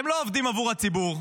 אתם לא עובדים עבור הציבור,